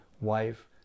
wife